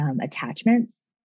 attachments